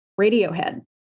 Radiohead